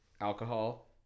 alcohol